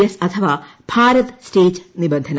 S അഥവാ Bharat stage നിബന്ധന